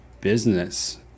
business